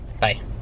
bye